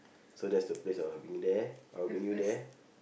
so that's the place I wanna bring you there I will bring you there